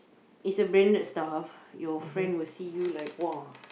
is a branded stuff your friend will see you like !woah!